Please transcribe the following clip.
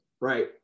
Right